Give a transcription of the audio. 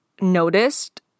noticed